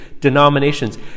Denominations